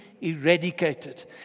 eradicated